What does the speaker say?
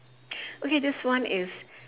okay this one is